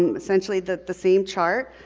essentially the the same chart.